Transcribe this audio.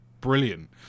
brilliant